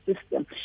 system